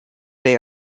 they